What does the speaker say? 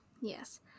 yes